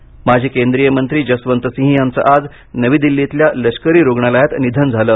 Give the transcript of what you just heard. निधन माजी केंद्रीय मंत्री जसवंतसिंह यांचं आज नवी दिल्लीतल्या लष्करी रुग्णालयात निधन झालं